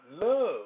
love